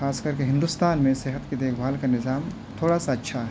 خاص کر کے ہندوستان میں صحت کی دیکھ بھال کا نظام تھوڑا سا اچھا ہے